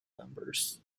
numbers